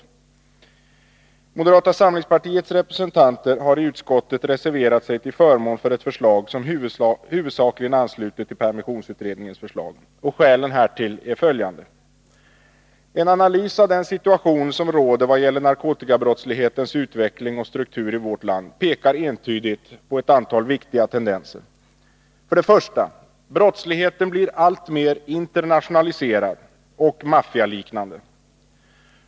Moderata samlingspartiets representanter i utskottet har reserverat sig till förmån för ett förslag som huvudsakligen ansluter sig till permissionsutredningens förslag. Skälen härtill är att en analys av den situation som råder vad gäller narkotikabrottslighetens utveckling och struktur i vårt land entydigt pekar på följande allvarliga tendenser: För det första: Brottsligheten blir alltmer internationaliserad och maffialiknande.